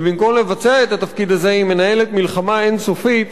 ובמקום לבצע את התפקיד הזה היא מנהלת מלחמה אין-סופית